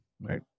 right